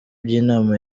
by’inama